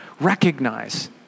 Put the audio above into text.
recognize